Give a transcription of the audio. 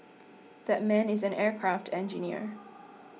that man is an aircraft engineer